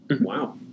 Wow